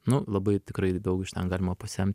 nu labai tikrai daug iš ten galima pasemt